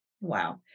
Wow